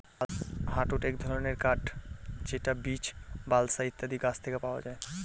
hardwood এক ধরনের কাঠ যেটা বীচ, বালসা ইত্যাদি গাছ থেকে পাওয়া যায়